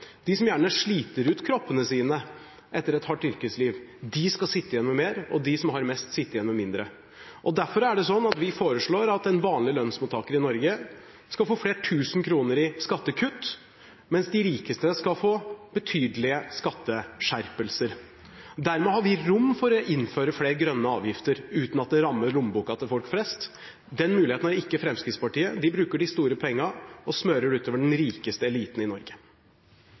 de som gjerne sliter ut kroppene sine etter et hardt yrkesliv, skal sitte igjen med mer, og de som har mest, skal sitte igjen med mindre. Derfor foreslår vi at en vanlig lønnsmottaker i Norge skal få flere tusen kroner i skattekutt, mens de rikeste skal få betydelige skatteskjerpelser. Dermed har vi rom for å innføre flere grønne avgifter uten at det rammer lommeboka til folk flest. Den muligheten har ikke Fremskrittspartiet. De bruker de store pengene og smører dem utover den rikeste eliten i Norge.